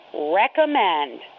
recommend